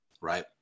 Right